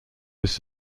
was